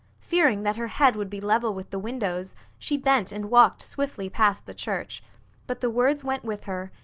fearing that her head would be level with the windows, she bent and walked swiftly past the church but the words went with her,